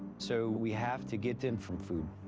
so we have to get them from food.